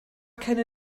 keine